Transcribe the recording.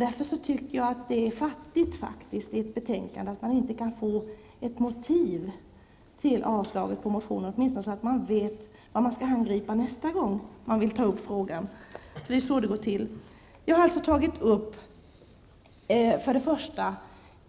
Jag tycker därför att det är fattigt att man i ett betänkande inte kan få ett motiv till att motionen avstyrks. På så sätt skulle man ju åtminstone veta vad man skall angripa nästa gång man vill ta upp frågan; det är ju så det går till. Jag har alltså motionerat om